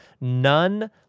None